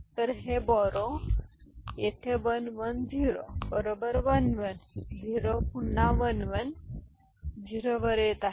तर हे बोरो येथे 1 1 0 बरोबर 1 1 0 पुन्हा 1 1 0 वर येत आहे